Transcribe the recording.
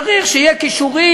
צריך שיהיו כישורים.